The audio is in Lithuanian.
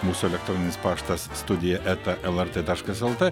mūsų elektroninis paštas studija eta lrt taškas lt